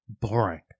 boring